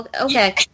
okay